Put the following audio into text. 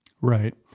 Right